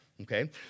Okay